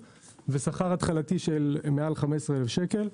ושכר התחלתי של מעל 15 אלף שקלים.